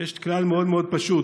יש כלל מאוד מאוד פשוט: